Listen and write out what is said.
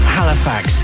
Halifax